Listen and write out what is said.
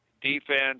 defense